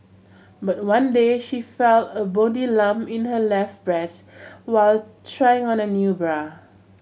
but one day she felt a bony lump in her left breast while trying on a new bra